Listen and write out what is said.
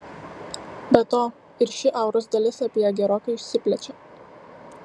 be to ir ši auros dalis apie ją gerokai išsiplečia